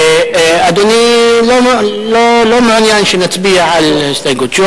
אדוני לא מעוניין שנצביע על ההסתייגות,